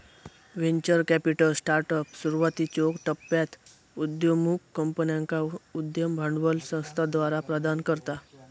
venture capital startups, सुरुवातीच्यो टप्प्यात उदयोन्मुख कंपन्यांका उद्यम भांडवल संस्थाद्वारा प्रदान करता